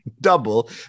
double